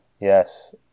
yes